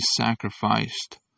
sacrificed